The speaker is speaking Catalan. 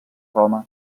roma